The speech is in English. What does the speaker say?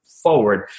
forward